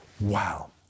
Wow